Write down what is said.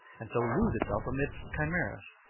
and so lose itself amidst chimeras.